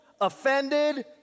offended